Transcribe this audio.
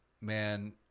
man